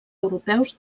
europeus